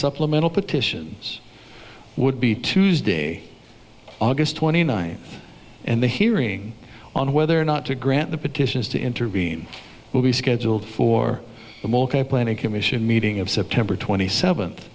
supplemental petitions would be tuesday august twenty ninth and the hearing on whether or not to grant the petitions to intervene will be scheduled for them ok planning commission meeting of september twenty seventh